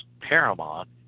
paramount